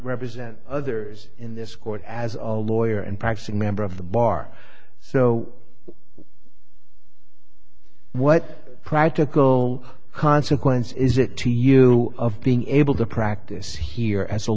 represent others in this court as a lawyer and practicing member of the bar so what practical consequence is it to you of being able to practice here as a